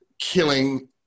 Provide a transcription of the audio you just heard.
killing